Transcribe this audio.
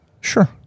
Sure